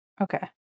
Okay